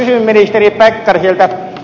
kysyn ministeri pekkariselta